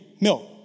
milk